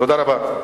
תודה רבה.